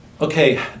okay